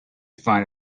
find